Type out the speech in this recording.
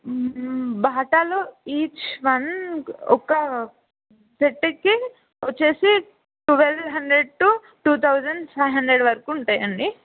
బాటాలో each one ఒక సెట్కి వచ్చేసి twelve hundred to two thousand five hundred వరకు ఉంటాయండి